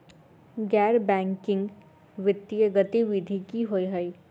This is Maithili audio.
गैर बैंकिंग वित्तीय गतिविधि की होइ है?